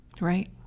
Right